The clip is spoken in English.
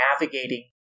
navigating